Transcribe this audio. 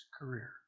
career